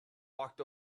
walked